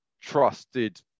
trusted